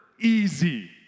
Easy